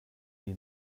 die